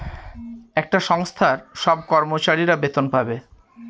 একটা সংস্থার সব কর্মচারীরা বেতন পাবে